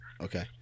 Okay